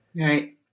Right